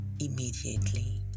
immediately